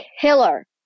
killer